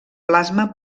plasma